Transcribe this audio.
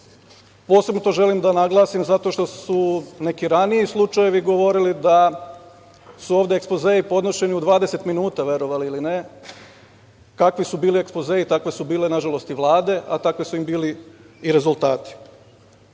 Posebno to želim da naglasim zato što su neki raniji slučajevi govorili da su ove ekspozei podnošeni u 20 minuta, verovali ili ne. Kakvi su bili ekspozei, takve su bile nažalost i vlade, a takvi su im bili i rezultati. Postoji